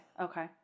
okay